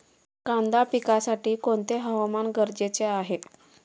कांदा पिकासाठी कोणते हवामान गरजेचे आहे?